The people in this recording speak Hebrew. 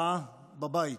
בבית.